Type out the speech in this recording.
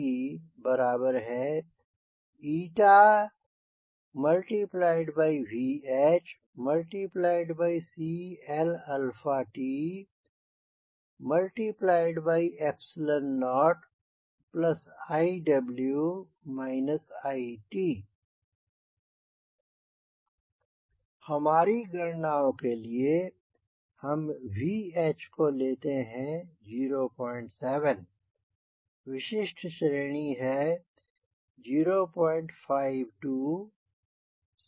CmotVHCLt0iw it हमारी गणनाओं के लिए हम VH को लेते हैं 07 विशिष्ट श्रेणी है 052 09